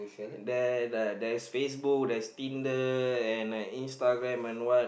there there there's Facebook there's Tinder and like Instagram and what